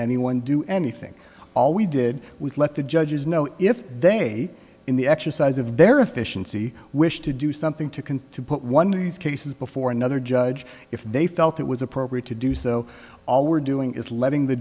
anyone do anything all we did was let the judges know if they in the exercise of their efficiency wished to do something to can to put one of these cases before another judge if they felt it was appropriate to do so all we're doing is letting the